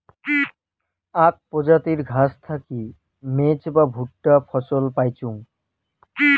আক প্রজাতির ঘাস থাকি মেজ বা ভুট্টা ফছল পাইচুঙ